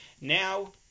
Now